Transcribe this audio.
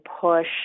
push